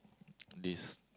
this